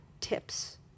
tips